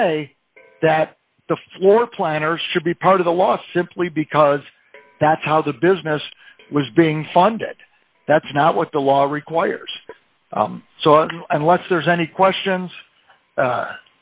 say that the floor plan or should be part of the law simply because that's how the business was being funded that's not what the law requires so unless there's any questions